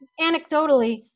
anecdotally